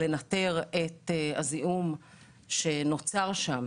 לנטר את הזיהום שנוצר שם